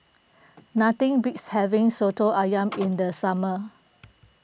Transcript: nothing beats having Soto Ayam in the summer